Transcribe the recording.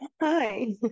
Hi